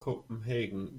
copenhagen